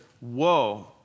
Woe